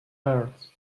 parrots